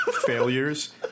failures